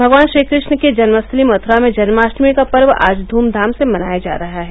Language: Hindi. भगवान श्रीकृष्ण की जन्मस्थली मथुरा में जन्माष्टमी का पर्व आज ध्रमधाम से मनाया जा रहा है